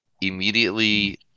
immediately